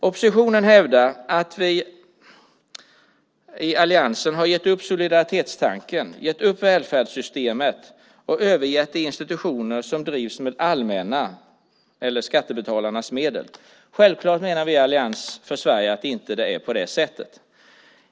Oppositionen hävdar att vi i alliansen har gett upp solidaritetstanken och välfärdssystemet och övergett de institutioner som drivs med allmänna, eller skattebetalarnas, medel. Självfallet menar vi i Allians för Sverige att det inte är på det sättet.